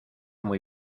muy